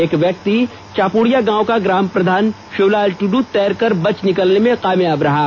एक व्यक्ति चापुडिया गांव का ग्राम प्रधान शिवलाल टुडू तैर कर बच निकलने में कामयाब रहा है